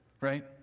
right